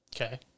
Okay